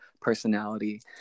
personality